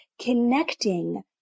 connecting